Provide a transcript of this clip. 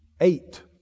eight